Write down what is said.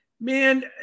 man